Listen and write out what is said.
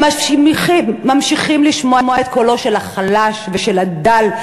הם ממשיכים לשמוע את קולו של החלש ושל הדל.